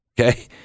Okay